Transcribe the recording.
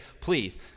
please